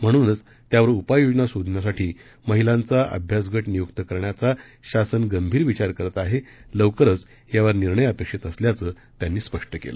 म्हणूनच त्यावर उपाययोजना शोधण्यासाठी महिलांचा अभ्यासगट नियुक्त करण्याचा शासन गंभीर विचार करत आहे लवकरच यावर निर्णय अपेक्षित असल्याचं त्यांनी स्पष्ट केलं